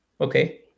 okay